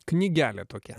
knygelė tokia